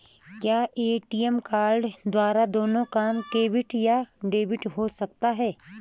क्या ATM card द्वारा दोनों काम क्रेडिट या डेबिट हो सकता है?